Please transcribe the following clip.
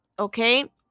Okay